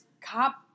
cop